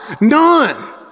none